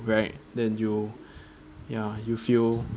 right then you ya you feel